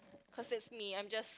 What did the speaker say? cause it's me I'm just